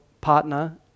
partner